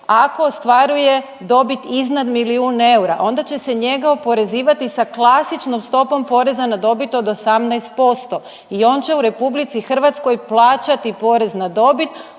ako ostvaruje dobit iznad milijun eura, onda će se njega oporezivati sa klasičnom stopom poreza na dobit od 18% i on će u RH plaćati porez na dobit